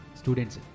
students